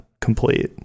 complete